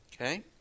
Okay